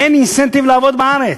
אין אינסנטיב לעבוד בארץ.